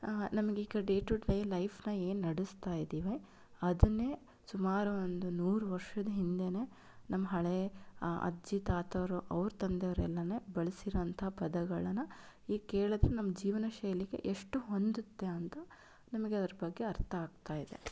ನಮಗೆ ಈಗ day to day life ಏನು ನಡಸ್ತಾಯಿದ್ದೀವಿ ಅದನ್ನೇ ಸುಮಾರು ಒಂದು ನೂರು ವರ್ಷದ ಹಿಂದೇನೆ ನಮ್ಮ ಹಳೆಯ ಅಜ್ಜಿ ತಾತ ಅವರು ಅವರ ತಂದೆಯರರೆಲ್ಲಾ ಬಳ್ಸಿರೋಂಥ ಪದಗಳನ್ನು ಈಗ ಕೇಳಿದರೆ ನಮ್ಮ ಜೀವನ ಶೈಲಿಗೆ ಎಷ್ಟು ಹೊಂದುತ್ತೆ ಅಂತ ನಮಗೆ ಅದರ ಬಗ್ಗೆ ಅರ್ಥ ಆಗ್ತಾ ಇದೆ